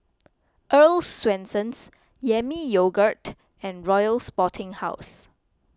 Earl's Swensens Yami Yogurt and Royal Sporting House